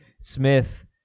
Smith